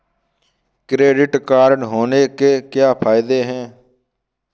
Credit card होने के क्या फायदे हैं?